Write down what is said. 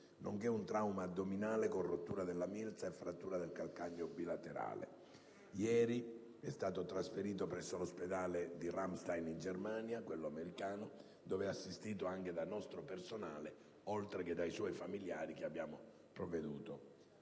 nonché un trauma addominale, con rottura della milza e frattura del calcagno bilaterale (ieri, è stato trasferito presso l'ospedale americano di Ramstein in Germania, dove è assistito anche dal nostro personale, oltre che dai suoi familiari, che abbiamo provveduto